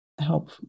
help